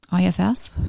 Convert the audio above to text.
ifs